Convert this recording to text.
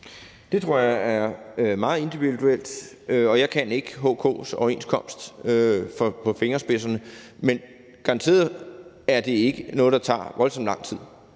Det tror jeg er meget individuelt, og jeg kan ikke HK's overenskomst på fingrene. Men garanteret er det ikke noget, der tager voldsomt lang tid,